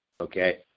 Okay